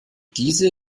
diese